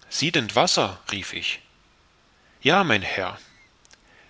wasser siedend wasser rief ich ja mein herr